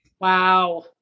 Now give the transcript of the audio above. Wow